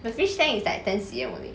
the fish tank is like ten C_M only